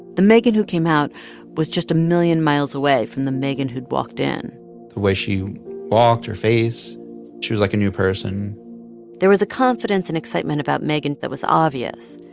the megan who came out was just a million miles away from the megan who'd walked in the way she walked, her face she was like a new person there was a confidence and excitement about megan that was obvious.